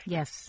Yes